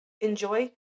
Enjoy